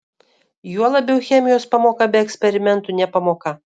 juo labiau chemijos pamoka be eksperimentų ne pamoka